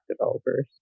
developers